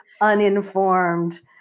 uninformed